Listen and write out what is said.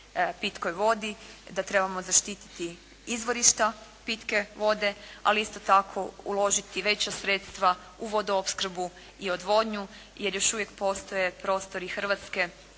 pitkoj vodi, da trebamo zaštiti izvorišta pitke vode, ali isto tako uložiti i veća sredstva u vodoopskrbu i odvodnju jer još uvijek postoje prostori Hrvatske